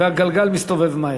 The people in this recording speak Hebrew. והגלגל מסתובב מהר.